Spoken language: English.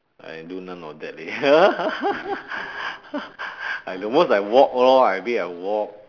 I do none of that leh the most I walk lor I mean I walk